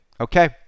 Okay